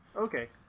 Okay